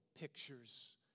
pictures